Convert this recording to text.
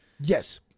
Yes